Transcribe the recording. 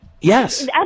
yes